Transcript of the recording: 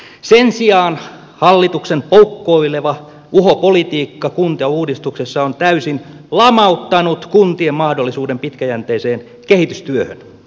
sen sijaan hallituksen poukkoileva uhopolitiikka kuntauudistuksessa on täysin lamauttanut kuntien mahdollisuuden pitkäjänteiseen kehitystyöhön